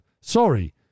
Sorry